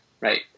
right